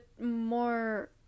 more